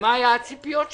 ומה היו הציפיות שלכם.